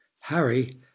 Harry